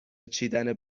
چیدن